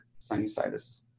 sinusitis